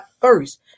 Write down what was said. first